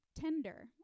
tender